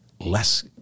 less